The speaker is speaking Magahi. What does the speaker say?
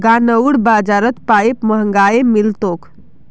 गांउर बाजारत पाईप महंगाये मिल तोक